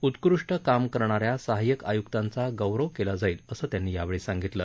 उत्कृष्ट काम करणाऱ्या सहाय्यक आय्क्तांचा गौरव केला जाईल असं त्यांनी यावेळी सांगितलं